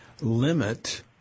limit